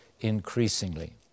increasingly